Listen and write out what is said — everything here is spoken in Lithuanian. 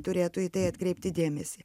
turėtų į tai atkreipti dėmesį